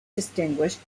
distinguished